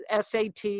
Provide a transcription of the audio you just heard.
SAT